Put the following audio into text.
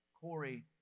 Corey